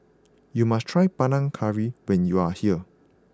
you must try Panang Curry when you are here